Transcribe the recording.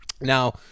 Now-